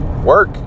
work